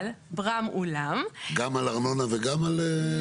אבל, ברם, אולם --- גם על ארנונה וגם על...?